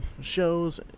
shows